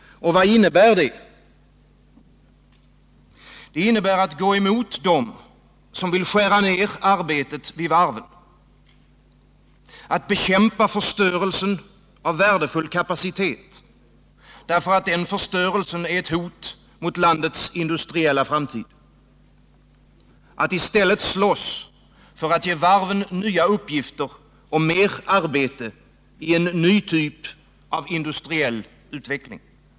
Och vad innebär det? Det innebär att gå emot dem som vill skära ned arbetet vid varven, att bekämpa förstörelsen av värdefull kapacitet därför att den förstörelsen är ett hot mot landets industriella framtid, att i stället slåss för att ge varven nya uppgifter och mer arbete i en ny typ av industriell utveckling.